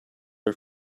are